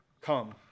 Come